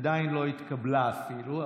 עדיין לא התקבלה אפילו,